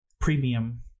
premium